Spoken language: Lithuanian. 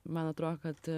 man atrodo kad